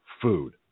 food